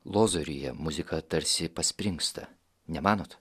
lozoriuje muzika tarsi paspringsta nemanot